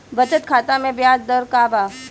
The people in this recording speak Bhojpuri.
बचत खाता मे ब्याज दर का बा?